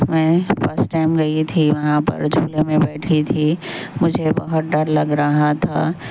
میں first time گئی تھی وہاں پر جھولے میں بیٹھی تھی مجھے بہت ڈر لگ رہا تھا